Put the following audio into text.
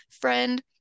friend